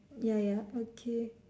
ya ya okay